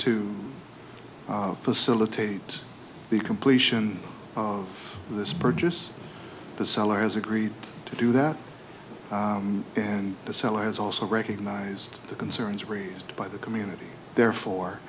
to facilitate the completion of this purchase the seller has agreed to do that and the seller has also recognized the concerns raised by the community therefore